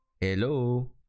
hello